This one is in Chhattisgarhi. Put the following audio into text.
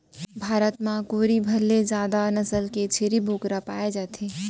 भारत म कोरी भर ले जादा नसल के छेरी बोकरा पाए जाथे